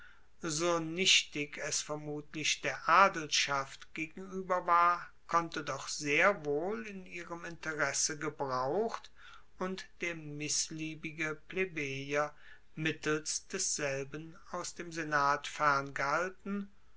so nichtig es vermutlich der adelschaft gegenueber war konnte doch sehr wohl in ihrem interesse gebraucht und der missliebige plebejer mittels desselben aus dem senat